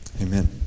amen